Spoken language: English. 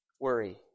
worry